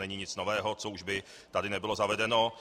Není to nic nového, co by tady nebylo zavedeno.